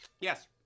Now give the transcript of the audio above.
Yes